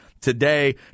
Today